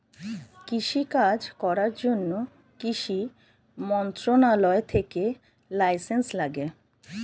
কৃষি কাজ করার জন্যে কৃষি মন্ত্রণালয় থেকে লাইসেন্স লাগে